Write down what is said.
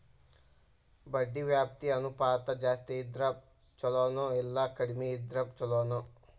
ಬಡ್ಡಿ ವ್ಯಾಪ್ತಿ ಅನುಪಾತ ಜಾಸ್ತಿ ಇದ್ರ ಛಲೊನೊ, ಇಲ್ಲಾ ಕಡ್ಮಿ ಇದ್ರ ಛಲೊನೊ?